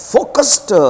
Focused